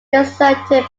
deserted